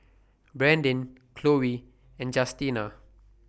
Brandin Khloe and Justina